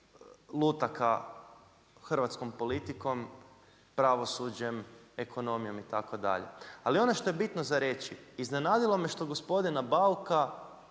lutaka hrvatskom politikom, pravosuđem, ekonomijom, itd. Ali ono što je bitno za reći, iznenadilo me što gospodina Bauka